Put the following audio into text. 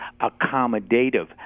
accommodative